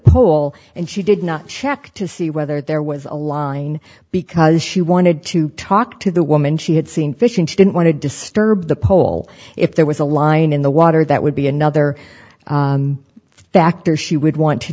pole and she did not check to see whether there was a line because she wanted to talk to the woman she had seen fishing she didn't want to disturb the pole if there was a line in the water that would be another factor she would want to